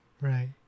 Right